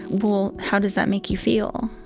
well, how does that make you feel?